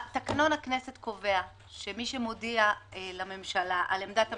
תקנון הכנסת קובע מי מודיע לממשלה על עמדת הממשלה: